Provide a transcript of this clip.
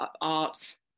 art